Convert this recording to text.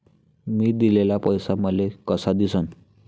मी दिलेला पैसा मले कसा दिसन?